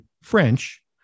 french